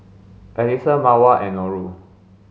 Alyssa Mawar and Nurul